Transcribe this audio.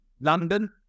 London